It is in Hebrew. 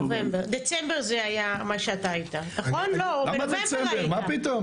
דצמבר זה היה מה שאתה היית, או בנובמבר היית.